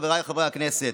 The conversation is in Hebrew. חבריי חברי הכנסת,